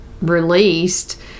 released